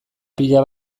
pila